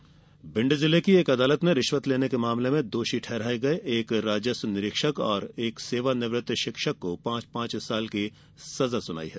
रिश्वत सजा भिंड जिले की एक अदालत ने रिश्वत लेने के मामले में दोषी ठहराए गए एक राजस्व निरीक्षक और एक सेवानिवृत्त शिक्षक को पांच पांच वर्ष की सजा सुनायी है